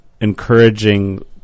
encouraging